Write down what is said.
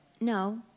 No